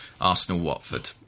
Arsenal-Watford